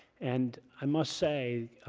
and i must say,